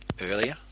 earlier